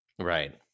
Right